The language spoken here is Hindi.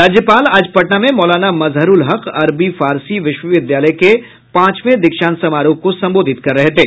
राज्यपाल आज पटना में मौलाना मजहरूल हक अरबी फारसी विश्वविद्यालय के पांचवे दीक्षांत समारोह को संबोधित कर रहे थे